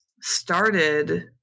started